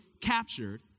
captured